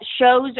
shows